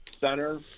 center